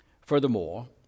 Furthermore